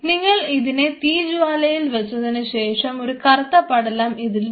നിങ്ങൾ ഇതിനെ തീ ജ്വാലയിൽ വെച്ചതിനുശേഷം ഒരു കറുത്ത പടലം ഇതിൽ വരും